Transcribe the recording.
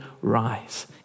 rise